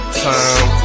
time